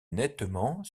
nettement